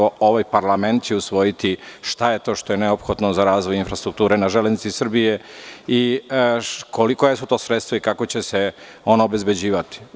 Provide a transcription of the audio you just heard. Ovaj parlament će usvojiti šta je to što je neophodno za razvoj infrastrukture na železnici i koja su to sredstva i kako će se ona obezbeđivati.